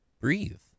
breathe